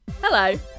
Hello